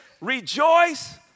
rejoice